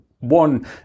one